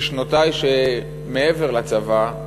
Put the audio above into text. בשנותי שמעבר לצבא,